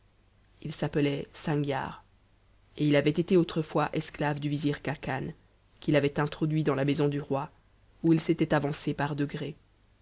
il s'appelait sangiar et il avait été autrefois esclave du vizir khacan qui l'avait introduit dans la maison du roi où il s'était avancé par degrés